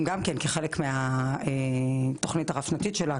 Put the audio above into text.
גם כן כחלק מהתוכנית הרב שנתית שלה,